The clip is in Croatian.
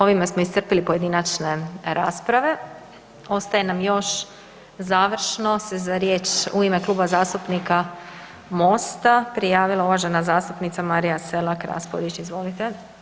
Ovime smo iscrpili pojedinačne rasprave, ostaje nam još završno se za riječ u ime Kluba zastupnika Mosta prijavila uvažena zastupnica Marija Selak Raspudić, izvolite.